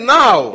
now